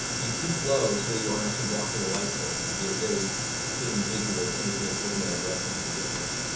you keep low so that you aren't actually blocking the light source, which would be a very keen visual to anything that's looking in that direction from a distance,